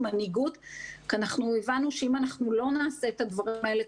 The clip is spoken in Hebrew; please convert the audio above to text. מנהיגות כי הבנו שאם לא נעשה את הדברים האלה,